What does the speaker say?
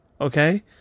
Okay